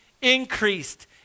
increased